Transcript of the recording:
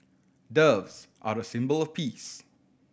doves are a symbol of peace